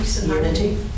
unity